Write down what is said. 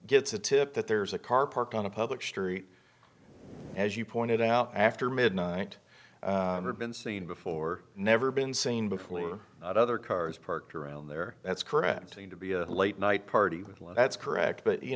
gets a tip that there's a car park on a public street as you pointed out after midnight or been seen before never been seen before other cars parked around there that's correct and to be a late night party which let's correct but you